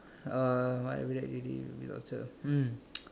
uh what everyday activity would be torture um